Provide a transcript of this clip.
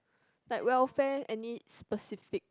like welfare any specific